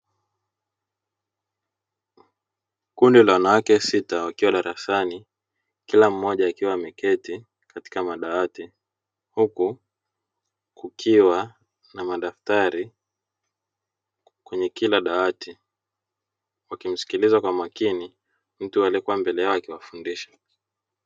Kundi la wanawake sita wakiwa darasani kila mmoja akiwa ameketi katika madawati huku kukiwa na madaftari kwenye kila dawati, wakimsikiliza kwa makini mtu aliekua mbele yao akiwa fundisha.